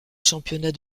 championnat